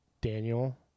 Daniel